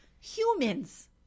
humans